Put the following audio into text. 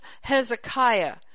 Hezekiah